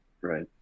Right